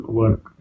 work